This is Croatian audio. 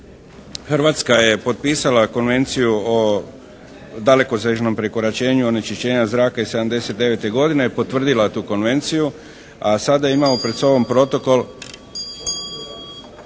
Hrvatska je potpisala Konvenciju o dalekosežnom prekoračenju onečišćenja zraka iz 1979. godine, potvrdila tu konvenciju. A sada imamo pred sobom Protokol,